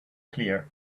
clear